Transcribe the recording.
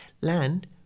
land